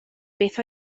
beth